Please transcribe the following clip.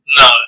no